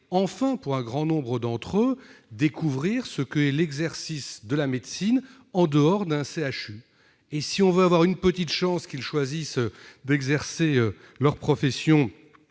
enfin, pour un grand nombre d'entre eux, ce qu'est l'exercice de la médecine en dehors d'un CHU. Si l'on veut avoir une petite chance qu'ils choisissent d'exercer leur profession